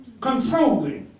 Controlling